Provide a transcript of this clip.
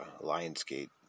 Lionsgate